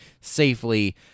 safely